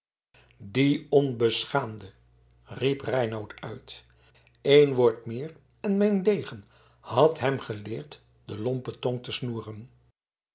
die onbeschaamde riep reinout uit een woord meer en mijn degen had hem geleerd de lompe tong te snoeren